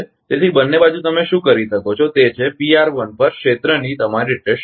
તેથી બંને બાજુ તમે શું કરી શકો છો તે છે પર ક્ષેત્રની તમારી રેટેડ ક્ષમતા